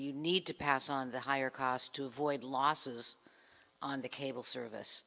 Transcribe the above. you need to pass on the higher cost to avoid losses on the cable service